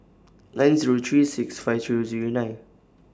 nine Zero three six five three Zero nine